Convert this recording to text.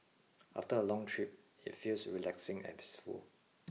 after a long trip it feels relaxing and peaceful